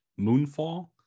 Moonfall